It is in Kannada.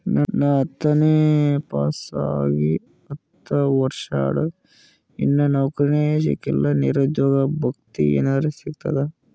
ನಾ ಹತ್ತನೇ ಪಾಸ್ ಆಗಿ ಹತ್ತ ವರ್ಸಾತು, ಇನ್ನಾ ನೌಕ್ರಿನೆ ಸಿಕಿಲ್ಲ, ನಿರುದ್ಯೋಗ ಭತ್ತಿ ಎನೆರೆ ಸಿಗ್ತದಾ?